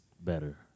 better